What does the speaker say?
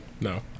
No